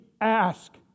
ask